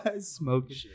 Smoking